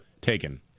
taken